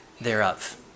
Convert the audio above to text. thereof